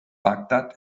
bagdad